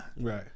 right